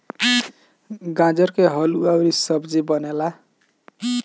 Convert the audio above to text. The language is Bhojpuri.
गाजर के हलुआ अउरी सब्जी बनेला